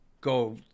go